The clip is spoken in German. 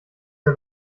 der